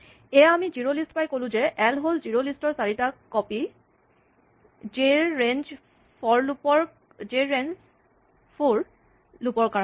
এয়া আমি জিৰ'লিষ্ট পাই ক'লো যে এল হ'ল জিৰ'লিষ্ট ৰ চাৰিটা কপি জে ৰ ৰেঞ্জ ফ'ৰ লুপ ৰ কাৰণে